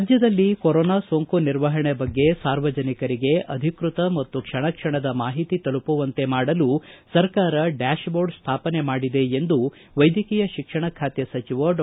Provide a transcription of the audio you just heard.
ರಾಜ್ಯದಲ್ಲಿ ಕೊರೊನಾ ಸೋಂಕು ನಿರ್ವಹಣೆ ಬಗ್ಗೆ ಸಾರ್ವಜನಿಕರಿಗೆ ಅಧಿಕೃತ ಮತ್ತು ಕ್ಷಣಕ್ಷಣದ ಮಾಹಿತಿ ತಲುಪುವಂತೆ ಮಾಡಲು ಸರ್ಕಾರ ಡ್ಕಾತ್ಜೋರ್ಡ್ ಸ್ಥಾಪನೆ ಮಾಡಿದೆ ಎಂದು ವೈದ್ಯಕೀಯ ಶಿಕ್ಷಣ ಸಚಿವ ಡಾ